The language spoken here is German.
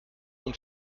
und